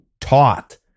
taught